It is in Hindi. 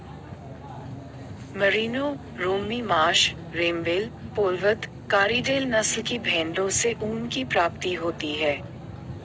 Merino, Romney Marsh, Rambouillet, Polwarth, Corriedale नस्ल की भेंड़ों से ऊन की प्राप्ति होती है